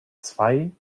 zwei